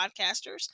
podcasters